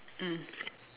mm